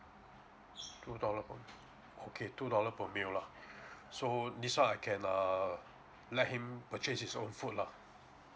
two dollar per okay two dollar per meal lah so this one I can err let him purchase his own food lah